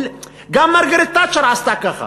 גם מרגרט תאצ'ר עשתה כך.